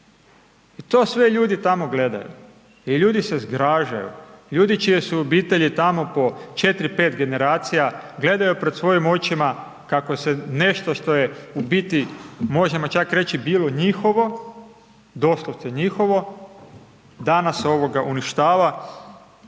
I to sve ljudi tamo gledaju. I ljudi se zgražaju, ljudi čije su obitelji tamo po 4, 5 generacija, gledaju pred svojim očima kako se nešto što je u biti možemo čak reći bilo njihovo, doslovce njihovo, danas uništava